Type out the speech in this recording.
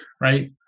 right